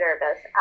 nervous